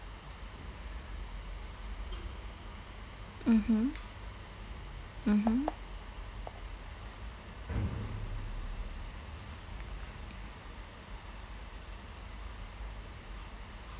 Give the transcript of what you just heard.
mmhmm mmhmm